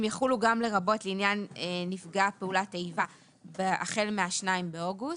הם יחולו גם לרבות לעניין נפגע פעולת איבה החל מה-2 באוגוסט.